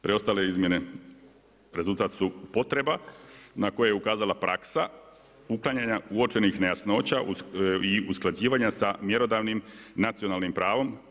Preostale izmjene rezultat su potreba na koje je ukazala praksa uklanjanja uočenih nejasnoća i usklađivanja sa mjerodavnim nacionalnim pravom.